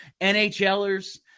NHLers